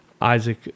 Isaac